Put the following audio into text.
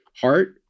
heart